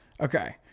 okay